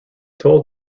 told